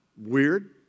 weird